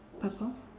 purple